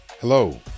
Hello